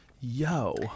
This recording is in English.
Yo